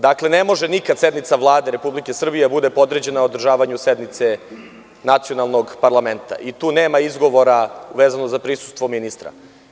Nikada ne može sednica Vlade Republike Srbije da bude podređena održavanju sednice nacionalnog parlamenta i tu nema izgovora vezano za prisustvo ministra.